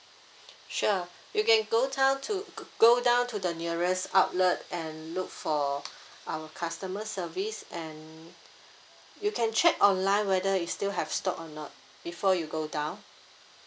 sure you can go down to go down to the nearest outlet and look for our customer service and you can check online whether it still have stock or not before you go down